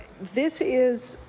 this is